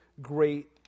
great